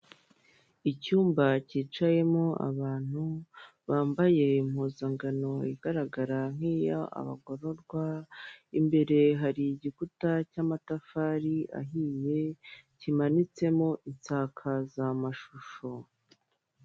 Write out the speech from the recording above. Icyumba cyicayemo abantu bambaye impuzankano igaragara nkiya abagororwa, imbere hari igikuta cy'amatafari ahiye, kimanitsemo insakazamashusho.